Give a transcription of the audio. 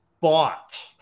bought